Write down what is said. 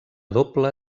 doble